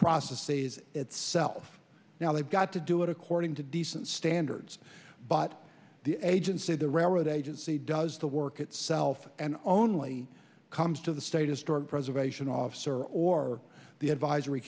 phase itself now they've got to do it according to decent standards but the agency the railroad agency does the work itself and only comes to the status toward preservation officer or the advisory